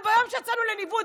אבל ביום שיצאנו לניווט,